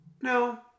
no